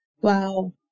Wow